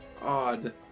odd